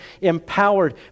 empowered